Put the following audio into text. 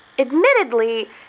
Admittedly